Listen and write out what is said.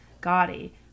gaudy